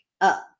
up